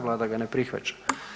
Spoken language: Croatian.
Vlada ga ne prihvaća.